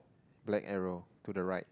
black arrow to the right